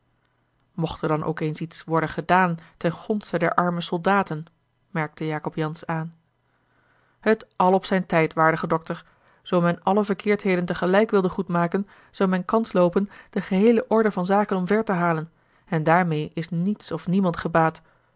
mocht er dan ook eens iets worden gedaan ten gonste der arme soldaten merkte jacob jansz aan het àl op zijn tijd waardige dokter zoo men alle verkeerdheden tegelijk wilde goedmaken zou men kans loopen de geheele orde van zaken omver te halen en daarmeê is niets of niemand gebaat